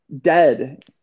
dead